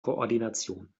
koordination